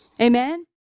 Amen